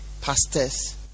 pastors